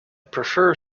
prefer